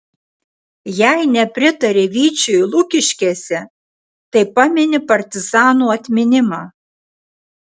jei nepritari vyčiui lukiškėse tai pamini partizanų atminimą